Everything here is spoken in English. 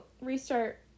restart